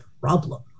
problem